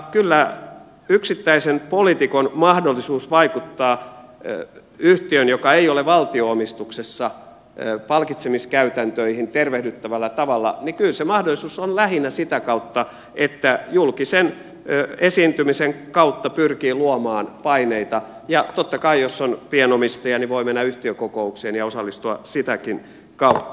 kyllä yksittäisen poliitikon mahdollisuus vaikuttaa yhtiön joka ei ole valtion omistuksessa palkitsemiskäytäntöihin tervehdyttävällä tavalla on lähinnä sitä kautta että julkisen esiintymisen kautta pyrkii luomaan paineita ja totta kai jos on pienomistaja voi mennä yhtiökokoukseen ja osallistua sitäkin kautta